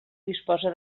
disposa